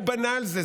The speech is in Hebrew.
הוא בנה על זה,